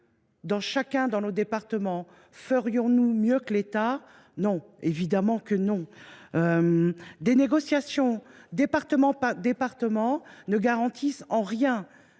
dans chacun de nos départements, ferions nous mieux que l’État ? Non, évidemment ! Des négociations département par département ne garantissent en rien